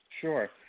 Sure